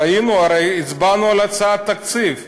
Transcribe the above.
ראינו, הרי הצבענו על הצעת התקציב.